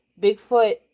bigfoot